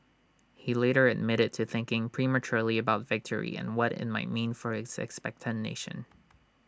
he later admitted to thinking prematurely about victory and what IT might mean for his expectant nation